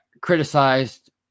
criticized